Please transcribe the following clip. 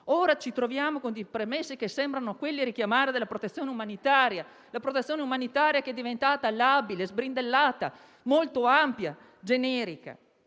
ci troviamo con dei permessi che sembrano richiamare quelli della protezione umanitaria; quella protezione umanitaria diventata labile, sbrindellata, molto ampia e generica.